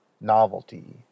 novelty